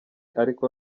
ariko